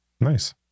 Nice